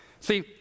See